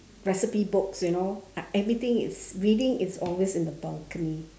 recipe books you know everything is reading is always in the balcony